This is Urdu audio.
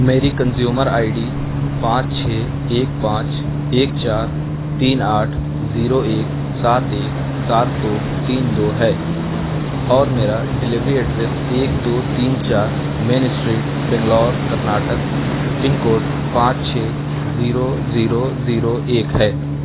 میری کنزیومر آئی ڈی پانچ چھ ایک پانچ ایک چار تین آٹھ زیرو ایک سات ایک سات دو تین دو ہے اور میرا ڈلیوری ایڈریس ایک دو تین چار main street Bangalore Karnataka pin code پانچ چھ زیرو زیرو زیرو ایک ہے